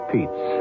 Pete's